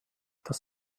das